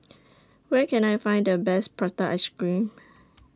Where Can I Find The Best Prata Ice Cream